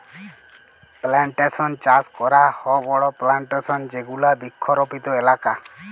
plantation চাস করাক হ বড়ো প্লানটেশন এ যেগুলা বৃক্ষরোপিত এলাকা